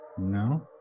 No